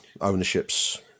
ownerships